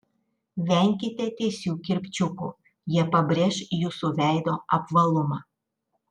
venkite tiesių kirpčiukų jie pabrėš jūsų veido apvalumą